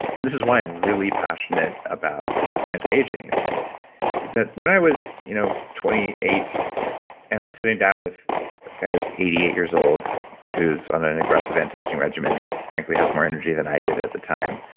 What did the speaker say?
and this is why i'm really passionate about anti-aging, and is that when i was you know twenty eight and i'm sitting down with a guy who was eighty eight years old who's on an aggressive anti-aging regimen and frankly has more energy that i did at the time,